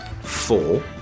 four